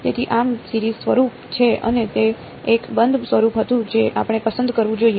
તેથી આ સિરીજ સ્વરૂપ છે અને તે એક બંધ સ્વરૂપ હતું જે આપણે પસંદ કરવું જોઈએ